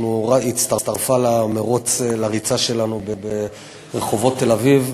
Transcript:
היא הצטרפה לריצה שלנו ברחובות תל-אביב,